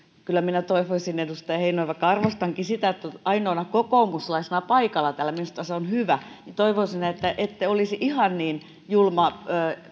edustaja heinonen vaikka arvostankin että olette ainoana kokoomuslaisena paikalla täällä minusta se on hyvä niin toivoisin että ette olisi ihan niin julma